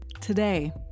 Today